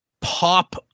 pop